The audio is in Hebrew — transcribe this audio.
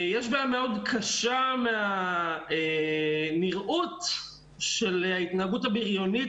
יש בעיה מאוד קשה מהנראות של ההתנהגות הבריונית